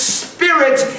spirits